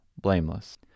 blameless